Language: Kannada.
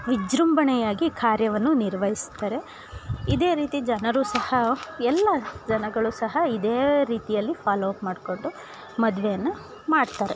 ವಿಜೃಂಭಣೆಯಾಗಿ ಕಾರ್ಯವನ್ನು ನಿರ್ವಹಿಸ್ತಾರೆ ಇದೆ ರೀತಿ ಜನರು ಸಹ ಎಲ್ಲ ಜನಗಳು ಸಹ ಇದೇ ರೀತಿಯಲ್ಲಿ ಫಾಲೋಪ್ ಮಾಡ್ಕೊಂಡು ಮದುವೆಯನ್ನ ಮಾಡ್ತಾರೆ